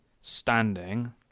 standing